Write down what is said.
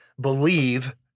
believe